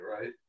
right